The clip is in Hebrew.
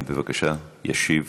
בבקשה, השר לוין ישיב